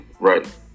right